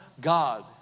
God